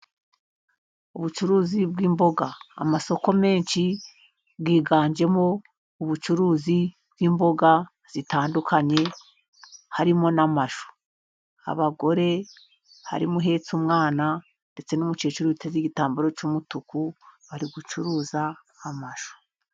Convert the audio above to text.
Ubucuruzi bw'imboga, amasoko menshi yiganjemo, ubucuruzi bw'imboga zitandukanye harimo n'amashu. Abagore; harimo uhetse umwana ndetse n'umukecuru, uteze igitambaro cy'umutuku ari gucuruza amashu.